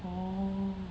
orh